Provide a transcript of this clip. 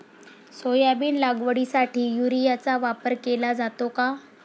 Soybean लागवडीसाठी युरियाचा वापर केला जातो का?